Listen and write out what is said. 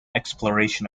exploration